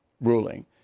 ruling